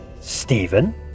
Stephen